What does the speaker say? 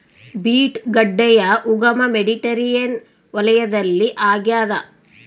beet ಗಡ್ಡೆಯ ಉಗಮ Mediterranean ವಲಯದಲ್ಲಿ ಆಗ್ಯಾದ